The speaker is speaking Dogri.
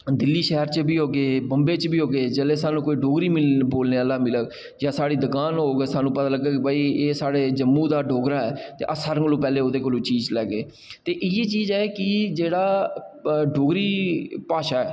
दिल्ली शैह्र बिच बी होगे बम्बें बी होगे जेल्लै स्हान्नूं कोई डोगरी बोलने आह्ला मिलग जां साढ़ी दकान होग ते स्हान्नूं पता लगदा ऐ कि एह् साढ़ा जम्मू दा डोगरा ऐ ते अस सारें कोला पैह्लें ओह्दे कोला चीज लैह्गे ते इ'यै चीज़ ऐ कि जेह्ड़ा डोगरी भाशा ऐ